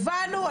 הבנו,